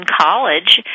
college